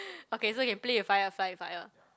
okay you can play with fire fly fire